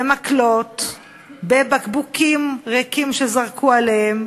במקלות, בבקבוקים ריקים שזרקו עליהם,